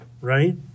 right